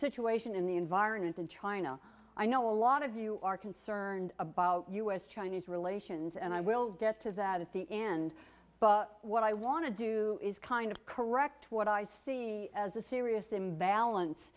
situation in the environment in china i know a lot of you are concerned about u s chinese relations and i will get to that at the end but what i want to do is kind of correct what i see as a serious imbalance